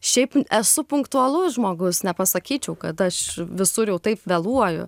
šiaip esu punktualus žmogus nepasakyčiau kad aš visur jau taip vėluoju